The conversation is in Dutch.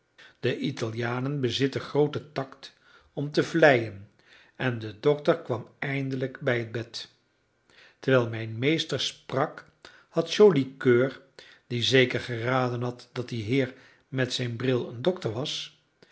de italianen bezitten grooten tact om te vleien en de dokter kwam eindelijk bij het bed terwijl mijn meester sprak had joli coeur die zeker geraden had dat die heer met zijn bril een dokter was